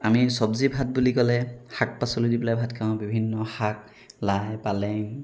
আমি চবজি ভাত বুলি ক'লে শাক পাচলি দি পেলাই ভাত খাওঁ বিভিন্ন শাক লাই পালেং